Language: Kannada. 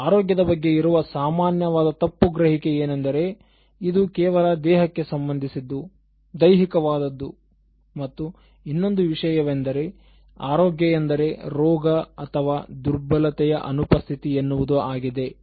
" ಆದ್ದರಿಂದ ಆರೋಗ್ಯದ ಬಗ್ಗೆ ಇರುವ ಸಾಮಾನ್ಯವಾದ ತಪ್ಪುಗ್ರಹಿಕೆ ಏನೆಂದರೆ ಇದು ಕೇವಲ ದೇಹಕ್ಕೆ ಸಂಬಂಧಿಸಿದ್ದು ದೈಹಿಕ ವಾದದ್ದು ಮತ್ತು ಇನ್ನೊಂದು ವಿಷಯವೆಂದರೆ ಆರೋಗ್ಯ ಎಂದರೆ ರೋಗ ಅಥವಾ ದುರ್ಬಲತೆಯ ಅನುಪಸ್ಥಿತಿ ಎನ್ನುವುದು ಆಗಿದೆ